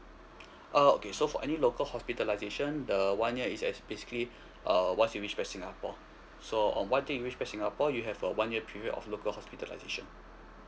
uh okay so for any local hospitalisation the one year is as basically uh once you reach back in singapore so on one you reach back to singapore you have a one year period of local hospitalisation